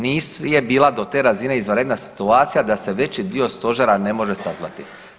Nije bila do te razine izvanredna situacija da se veći dio stožera ne može sazvati.